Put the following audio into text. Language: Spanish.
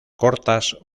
cortas